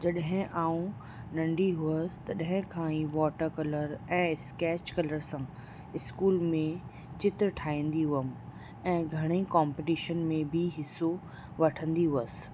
जॾहिं आउं नंढी हुअसि तॾहिं खां ई वॉटर कलर ऐं स्केच कलर सां स्कूल में चित्र ठाहींदी हुअमि ऐं घणेई कोम्पीटिशन में बि हिसो वठंदी हुअसि